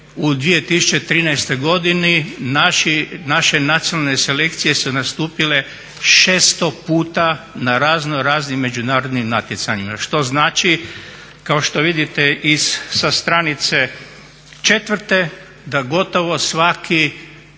u 2013.godini naše nacionalne selekcije su nastupile 600 puta na razno raznim međunarodnim natjecanjima, što znači kao što vidite i sa stranice 4.da gotovo svaki